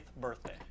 birthday